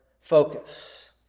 focus